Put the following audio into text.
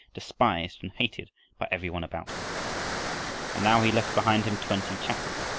despised and hated by every one about him and now he left behind him twenty chapels,